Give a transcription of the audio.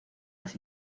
las